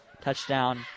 touchdown